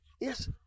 Yes